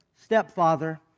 stepfather